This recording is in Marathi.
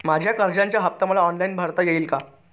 माझ्या कर्जाचा हफ्ता मला ऑनलाईन भरता येईल का?